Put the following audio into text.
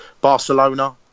Barcelona